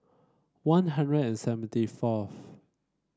One Hundred and seventy fourth